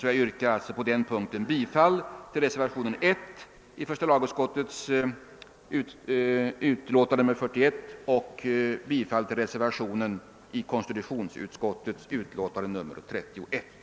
Jag yrkar därför på den punkten bifall till reservationen 1 i första lagutskottets utlåtande nr 41 samt likaledes bifall till reservationen i konstitutionsutskottets utlåtande nr 31.